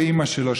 עם אימא שלו,